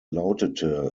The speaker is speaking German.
lautete